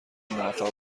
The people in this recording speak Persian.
موفق